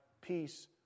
peace